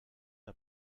der